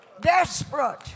Desperate